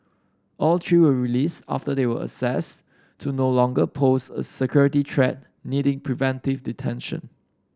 all three were released after they were assessed to no longer pose a security threat needing preventive detention